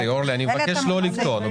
אני מבקש לא לקטוע אותו.